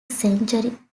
century